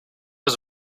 was